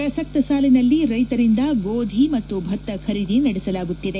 ಪ್ರಸಕ್ತ ಸಾಲಿನಲ್ಲಿ ರೈತರಿಂದ ಗೋಧಿ ಮತ್ತು ಭತ್ತ ಖರೀದಿ ನಡೆಸಲಾಗುತ್ತಿದೆ